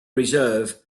reserve